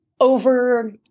over